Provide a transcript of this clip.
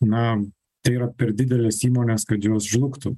na tai yra per didelės įmonės kad jos žlugtų